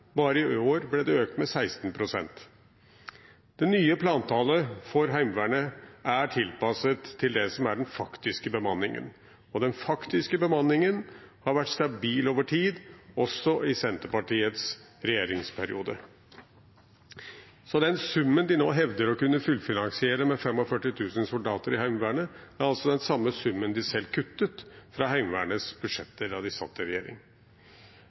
Bare i år ble det økt med 16 pst. Det nye plantallet for Heimevernet er tilpasset til det som er den faktiske bemanningen, og den faktiske bemanningen har vært stabil over tid, også i Senterpartiets regjeringsperiode. Så den summen de nå hevder å kunne fullfinansiere med 45 000 soldater i Heimevernet, er altså den samme summen de selv kuttet fra Heimevernets budsjetter da de satt i regjering.